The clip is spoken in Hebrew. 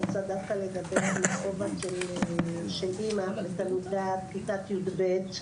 אני רוצה דווקא לדבר בכובע של אימא לתלמידת כיתה י"ב.